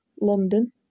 london